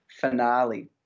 finale